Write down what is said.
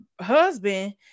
husband